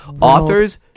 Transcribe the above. authors